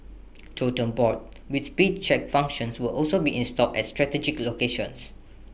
totem boards with speed check functions will also be installed at strategic locations